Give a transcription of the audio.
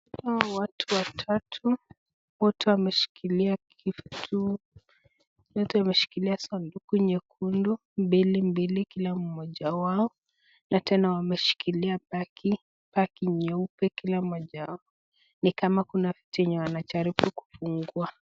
Hawa watu watatu wote wameshikilia sanduku nyekundu mbelembele kila mmoja wao na tena wameshikilia bagi , bagi nyeupe kila mmoja wao ni kama kuna vitu wanajaribu kufungua.